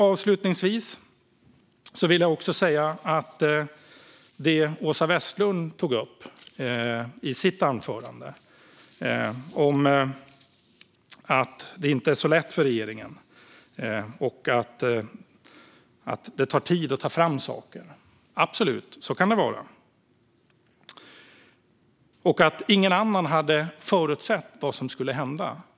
Avslutningsvis vill jag säga något om det Åsa Westlund tog upp i sitt anförande om att det inte är lätt för regeringen och att det tar tid att ta fram saker. Så kan det absolut vara. Hon sa också att ingen annan hade förutsett vad som skulle hända.